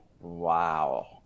Wow